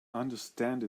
understand